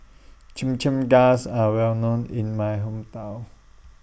Chimichangas Are Well known in My Hometown